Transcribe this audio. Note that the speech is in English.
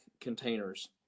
containers